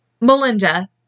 Melinda